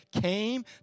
came